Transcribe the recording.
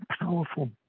powerful